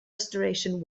restoration